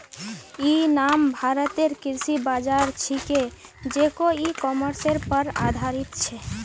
इ नाम भारतेर कृषि बाज़ार छिके जेको इ कॉमर्सेर पर आधारित छ